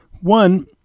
One